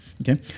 Okay